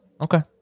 Okay